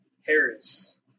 Harris